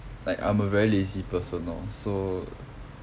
like I'm a very lazy person lor so